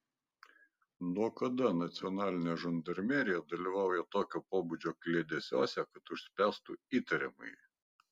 nuo kada nacionalinė žandarmerija dalyvauja tokio pobūdžio kliedesiuose kad užspęstų įtariamąjį